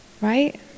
right